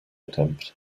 attempt